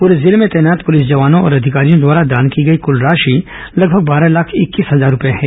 पूरे जिले में तैनात पुलिस जवानों और अधिकारियों द्वारा दान की गई कुल राशि लगभग बारह लाख इक्कीस हजार रूपए हैं